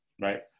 right